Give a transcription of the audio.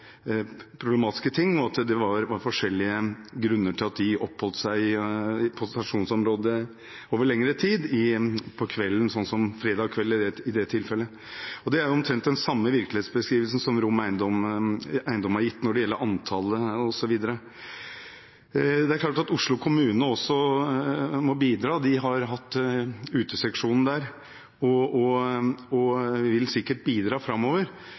problematiske ting, og at det var forskjellige grunner til at de oppholdt seg på stasjonsområdet over lengre tid på kvelden, som fredag kveld i det tilfellet. Det er omtrent den samme virkelighetsbeskrivelsen som Rom Eiendom har gitt når det gjelder antallet, osv. Det er klart at Oslo kommune også må bidra. De har hatt Uteseksjonen der og vil sikkert bidra framover,